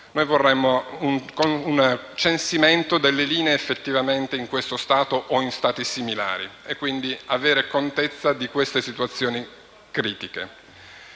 noi vorremmo un censimento delle linee che effettivamente sono in questo stato o in stati similari e quindi avere contezza di queste situazioni critiche.